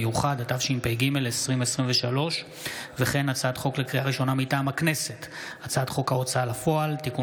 חוק פ/3397/25 וכלה בהצעת חוק פ/3446/25: הצעת חוק ההוצאה לפועל (תיקון